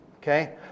Okay